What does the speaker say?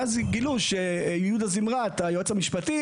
ואז גילו שיהודה זימרת, היועץ המשפטי